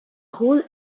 hole